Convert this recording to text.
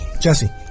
Jesse